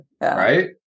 Right